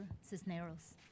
Cisneros